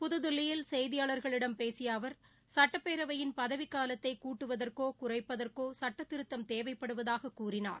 புதுதில்லியில் செய்தியாளர்களிடம் பேசியஅவர் சுட்டப்பேரவையின் பதவிகாலத்தைகூட்டுவதற்கோ குறைப்பதற்கோசட்டத்திருத்தம் தேவைப்படுவதாககூறினார்